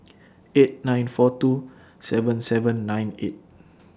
eight nine four two seven seven nine eight